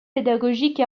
pédagogique